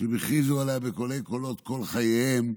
שהם הכריזו עליה בקולי-קולות כל חייהם,